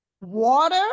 water